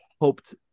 hoped